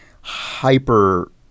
hyper